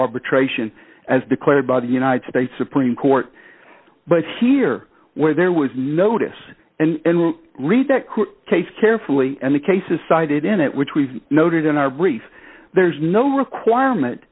arbitration as declared by the united states supreme court but here where there was notice and read that case carefully and the cases cited in it which we noted in our brief there's no requirement